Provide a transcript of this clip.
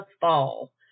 fall